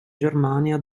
germania